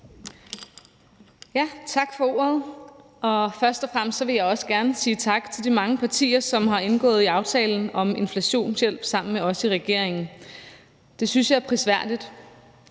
Tak for ordet. Først og fremmest vil jeg også gerne sige tak til de mange partier, som er indgået i aftalen om inflationshjælp sammen med os i regeringen. Jeg synes, det er prisværdigt,